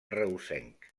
reusenc